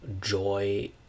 joy